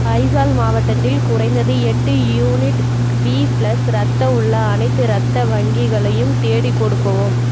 அய்சால் மாவட்டத்தில் குறைந்தது எட்டு யூனிட் பி ப்ளஸ் இரத்தம் உள்ள அனைத்து இரத்த வங்கிகளையும் தேடிக் கொடுக்கவும்